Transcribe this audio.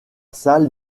salle